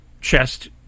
chest